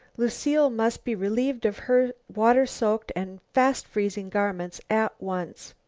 lucile must be relieved of her water soaked and fast-freezing garments at once.